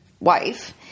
wife